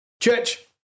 Church